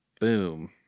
Boom